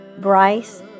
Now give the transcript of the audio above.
Bryce